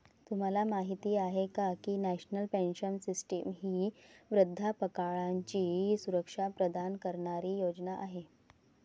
तुम्हाला माहिती आहे का की नॅशनल पेन्शन सिस्टीम ही वृद्धापकाळाची सुरक्षा प्रदान करणारी योजना आहे